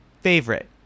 favorite